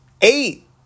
eight